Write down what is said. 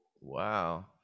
Wow